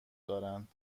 دارند